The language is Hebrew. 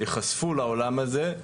ייחשפו לעולם הזה,